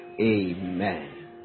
Amen